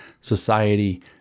society